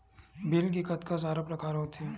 Bill के कतका सारा प्रकार होथे?